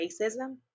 racism